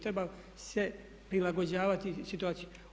Treba se prilagođavati situaciji.